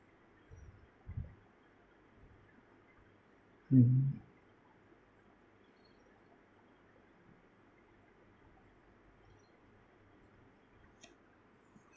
mmhmm